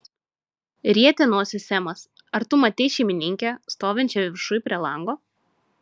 rietė nosį semas ar tu matei šeimininkę stovinčią viršuj prie lango